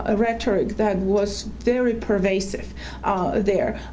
ah rhetoric that was very pervasive there.